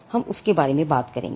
हम उसके बारे में बात करेंगे